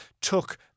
took